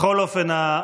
בכל אופן,